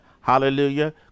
Hallelujah